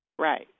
Right